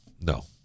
No